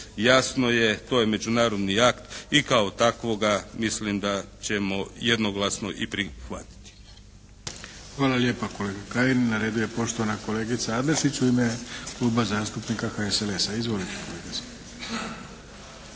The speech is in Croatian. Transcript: jasno je to je međunarodni akt i kao takvoga mislim da ćemo jednoglasno i prihvatiti. **Arlović, Mato (SDP)** Hvala lijepa kolega Kajin. Na redu je poštovana kolegica Adlešić u ime Kluba zastupnika HSLS-a. Izvolite, kolegice.